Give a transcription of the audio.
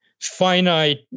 finite